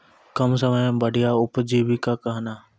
कम समय मे बढ़िया उपजीविका कहना?